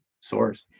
source